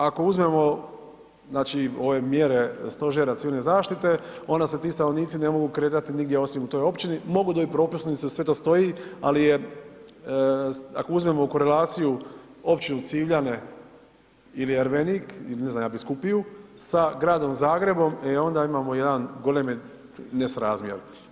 Ako uzmemo znači ove mjere Stožera civilne zaštite onda se ti stanovnici ne mogu kretat nigdje osim u toj općini, mogu dobit propusnicu, sve to stoji, ali je, ako uzmemo u korelaciju općinu Civljane ili Ervenik ili ne znam Biskupiju, sa Gradom Zagrebom, e onda imamo jedan golemi nesrazmjer.